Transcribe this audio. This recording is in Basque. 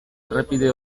errepide